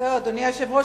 אדוני היושב-ראש,